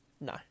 No